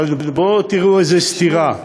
אבל בואו תראו איזה סתירה: